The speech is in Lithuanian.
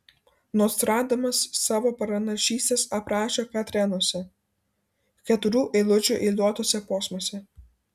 nostradamas savo pranašystes aprašė katrenuose keturių eilučių eiliuotuose posmuose